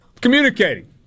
Communicating